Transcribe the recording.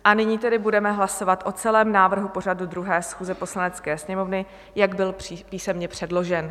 A nyní tedy budeme hlasovat o celém návrhu pořadu 2. schůze Poslanecké sněmovny, jak byl písemně předložen.